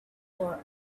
for